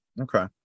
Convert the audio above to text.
Okay